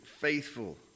faithful